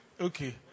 Okay